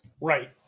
Right